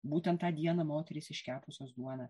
būtent tą dieną moterys iškepusios duoną